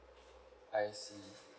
I see